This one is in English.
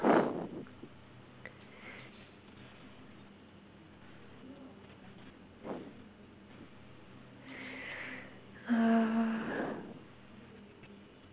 uh